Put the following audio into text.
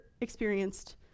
experienced